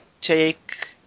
take